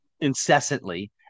incessantly